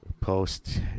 Post